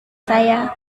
saya